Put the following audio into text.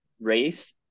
race